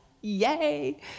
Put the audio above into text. Yay